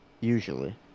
Usually